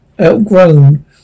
outgrown